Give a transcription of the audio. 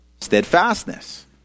steadfastness